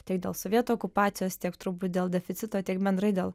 tiek dėl sovietų okupacijos tiek turbūt dėl deficito tiek bendrai dėl